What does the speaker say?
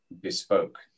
bespoke